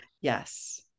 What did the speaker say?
Yes